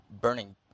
burning